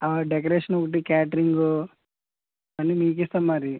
decoration ఒకటి catering అన్ని మీకిస్తాం మరి